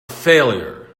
failure